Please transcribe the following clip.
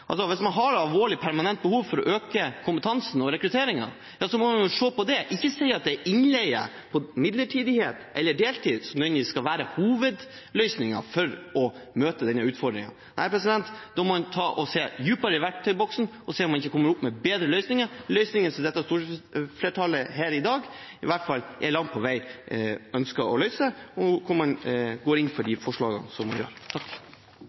Hvis man har et alvorlig permanent behov for å øke kompetansen og rekrutteringen, må man se på det og ikke si at det er innleie, midlertidighet eller deltid som nødvendigvis skal være hovedløsningen for å møte denne utfordringen. Da må man se dypere i verktøyboksen og se om man ikke kommer opp med bedre løsninger, løsninger som stortingsflertallet i dag i hvert fall langt på vei ønsker å finne, og hvor man går inn for de forslagene man gjør.